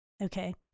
okay